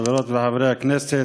חברות וחברי כנסת,